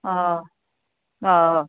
अ अ अ